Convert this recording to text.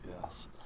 Yes